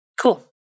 Cool